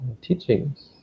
teachings